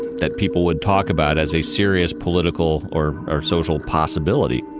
that people would talk about as a serious political or or social possibility.